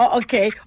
okay